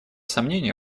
сомнение